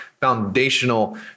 foundational